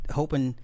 hoping